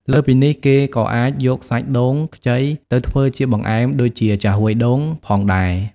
លើសពីនេះ គេក៏អាចយកសាច់ដូងខ្ចីទៅធ្វើជាបង្អែមដូចជា ចាហ៊ួយដូង ផងដែរ។